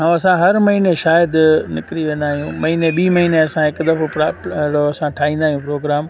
ऐं असां हर महिने शायदि निकिरी वेंदा आहियूं महिने ॿी महिने असां हिक दफ़ो प्रोप अहिड़ो ठाहींदा आहियूं प्रोग्राम